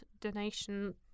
donation